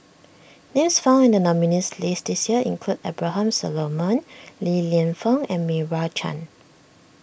names found in the nominees' list this year include Abraham Solomon Li Lienfung and Meira Chand